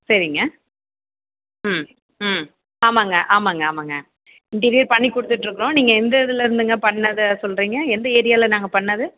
சரிங்க ம் ம் ஆமாம்ங்க ஆமாம்ங்க ஆமாம்ங்க இன்டீரியர் பண்ணிக் கொடுத்துட்ருக்கோம் நீங்கள் எந்த இதுல இருந்துங்க பண்ணதை சொல்லுறீங்க எந்த ஏரியாவில நாங்கள் பண்ணது